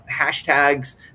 hashtags